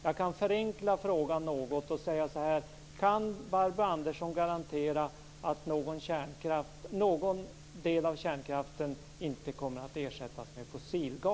Jag kan förenkla den något och säga så här: Kan Barbro Andersson garantera att inte någon del av kärnkraften kommer att ersättas med fossilgas?